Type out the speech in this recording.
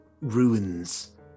ruins